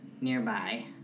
nearby